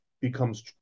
becomes